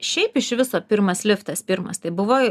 šiaip iš viso pirmas liftas pirmas tai buvo